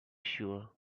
sure